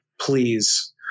please